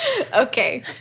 Okay